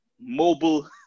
mobile